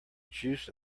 juice